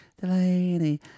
Delaney